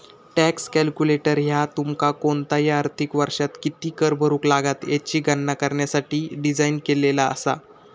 tax calculator ह्या तुमका कोणताही आर्थिक वर्षात किती कर भरुक लागात याची गणना करण्यासाठी डिझाइन केलेला असा